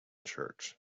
church